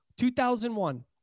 2001